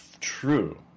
true